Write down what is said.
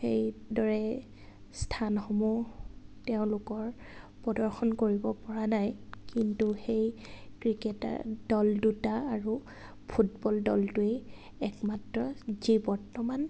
সেইদৰে স্থানসমূহ তেওঁলোকৰ প্ৰদৰ্শন কৰিব পৰা নাই কিন্তু সেই ক্ৰিকেটৰ দল দুটা আৰু ফুটবল দলটোৱেই একমাত্ৰ যি বৰ্তমান